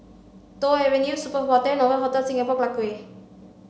Toh Avenue Superb Hostel and Novotel Singapore Clarke Quay